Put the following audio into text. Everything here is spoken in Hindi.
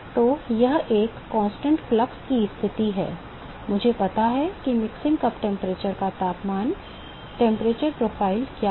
तो यह एक स्थिर प्रवाह की स्थिति है मुझे पता है कि मिक्सिंग कप तापमान का तापमान प्रोफ़ाइल क्या है